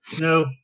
No